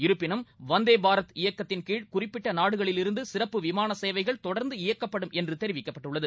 இருப்பினும் வந்தேபாரத் இயக்கத்தின் கீழ் குறிப்பிட்ட நாடுகளிலிருந்து சிறப்பு விமான சேவைகள் தொடர்ந்து இயக்கப்படும் என்று தெரிவிக்கப்பட்டுள்ளது